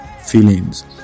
feelings